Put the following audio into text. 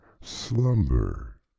slumber